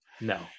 No